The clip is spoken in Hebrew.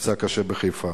נפצע קשה בחיפה,